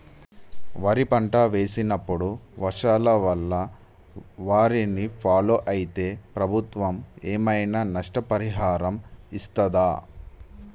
వరి పంట వేసినప్పుడు వర్షాల వల్ల వారిని ఫాలో అయితే ప్రభుత్వం ఏమైనా నష్టపరిహారం ఇస్తదా?